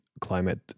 climate